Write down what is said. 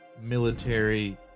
military